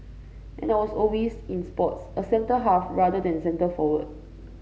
and I was always in sports a centre half rather than centre forward